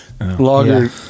Logger